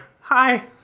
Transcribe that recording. hi